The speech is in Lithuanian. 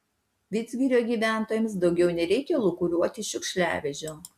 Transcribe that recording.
vidzgirio gyventojams daugiau nereikia lūkuriuoti šiukšliavežio